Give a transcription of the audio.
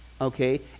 okay